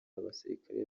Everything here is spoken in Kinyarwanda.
abasirikare